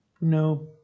No